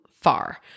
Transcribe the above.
far